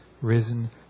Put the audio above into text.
risen